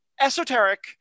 esoteric